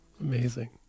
amazing